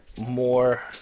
more